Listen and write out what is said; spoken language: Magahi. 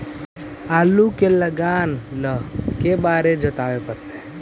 आलू के लगाने ल के बारे जोताबे पड़तै?